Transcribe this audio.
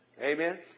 Amen